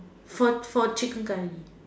for for chicken curry